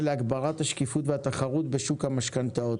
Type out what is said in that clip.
להגברת השקיפות והתחרות בשוק המשכנתאות.